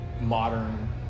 modern